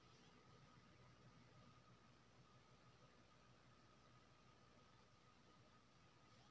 जैविक खेती सस्टेनेबल खेतीक उदाहरण छै जतय रासायनिक खाद केर प्रयोग नहि होइ छै